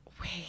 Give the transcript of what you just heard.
Wait